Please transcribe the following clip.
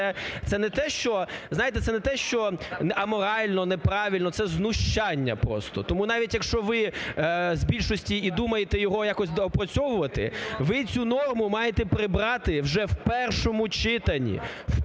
це не те, що аморально, неправильно, це знущання просто. Тому навіть, якщо ви з більшості і думаєте якось доопрацьовувати, ви цю норму маєте прибрати вже в першому читанні,